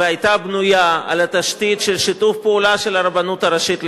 והיתה בנויה על התשתית של שיתוף פעולה של הרבנות הראשית לישראל.